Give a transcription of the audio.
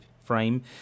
frame